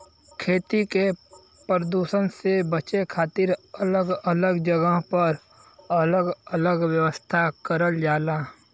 खेती के परदुसन से बचे के खातिर अलग अलग जगह पर अलग अलग व्यवस्था करल जाला